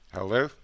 Hello